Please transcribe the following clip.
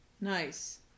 Nice